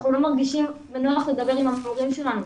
אנחנו לא מרגישים בנוח לדבר עם המורים שלנו.